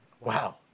Wow